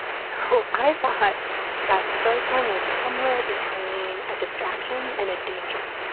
so i thought that storytelling was somewhere between a distraction and a danger.